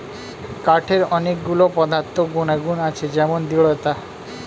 কাঠের অনেক গুলো পদার্থ গুনাগুন আছে যেমন দৃঢ়তা